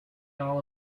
all